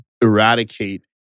eradicate